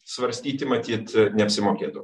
svarstyti matyt neapsimokėtų